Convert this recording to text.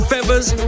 Feathers